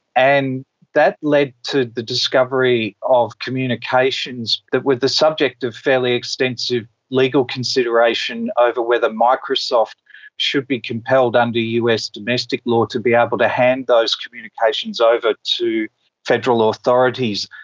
and that led to the discovery of communications that were the subject of fairly extensive legal consideration over whether microsoft should be compelled under us domestic law to be able to hand those communications over to federal authorities.